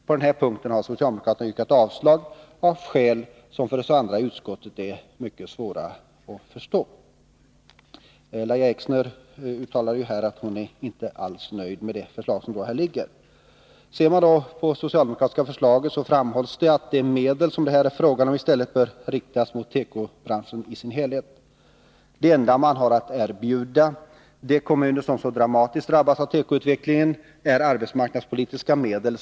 På den här punkten har socialdemokraterna yrkat avslag av skäl som för oss andra i utskottet är mycket svåra att förstå. Lahja Exner uttalar här att hon inte är nöjd med det förslag som föreligger. I det socialdemokratiska föreslaget framhålls att de medel som det här är fråga om i stället bör riktas mot tekobranschen i dess helhet. Det enda de har att erbjuda de kommuner som så dramatiskt drabbas av tekoutvecklingen är traditionella arbetsmarknadspolitiska medel.